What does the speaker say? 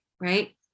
right